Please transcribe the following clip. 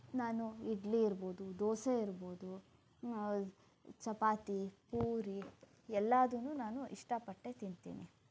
ನಾನು ಇಡ್ಲಿ ಇರ್ಬೋದು ದೋಸೆ ಇರ್ಬೋದು ಚಪಾತಿ ಪೂರಿ ಎಲ್ಲಾನು ನಾನು ಇಷ್ಟ ಪಟ್ಟೇ ತಿಂತೀನಿ